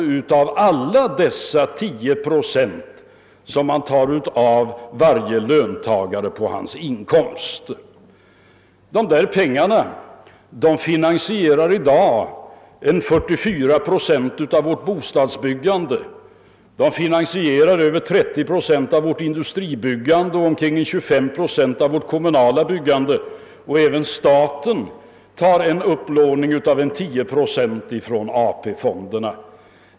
Nu spar man alla dessa 10 procent, vilka tas av varje löntagares inkomst. Dessa pengar finansierar i dag 44 procent av vårt bostadsbyggande, över 30 procent av vårt industribyggande och 25 procent av vårt kommunala byggande, men även staten lånar upp 10 procent från AP fonderna.